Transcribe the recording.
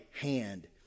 hand